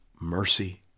mercy